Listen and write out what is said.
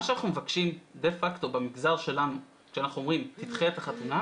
מה שאנחנו מבקשים דה פאקטו במגזר שלנו כשאנחנו אומרים תדחה את החתונה,